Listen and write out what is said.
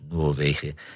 Noorwegen